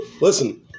Listen